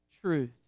truth